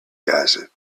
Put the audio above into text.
gossip